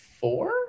four